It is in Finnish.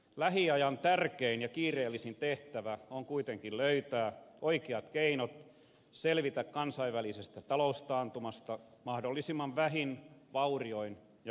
lähiajan tärkein ja kiireellisin tehtävä on kuitenkin löytää oikeat keinot selvitä kansainvälisestä taloustaantumasta mahdollisimman vähin vaurioin ja kustannuksin